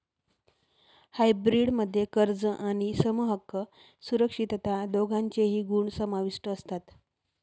hybrid मध्ये कर्ज आणि समहक्क सुरक्षितता दोघांचेही गुण समाविष्ट असतात